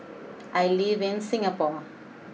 I live in Singapore